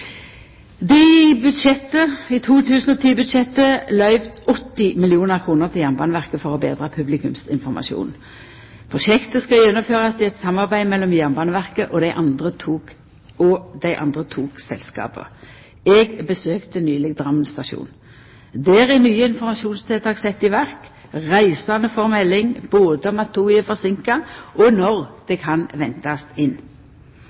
Det er i 2010-budsjettet løyvd 80 mill. kr til Jernbaneverket for å betra publikumsinformasjonen. Prosjektet skal gjennomførast i eit samarbeid mellom Jernbaneverket og dei andre togselskapa. Eg besøkte nyleg Drammen stasjon. Der er nye informasjonstiltak sette i verk. Reisande får melding både om at toget er forseinka og når det kan ventast inn.